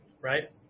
right